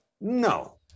No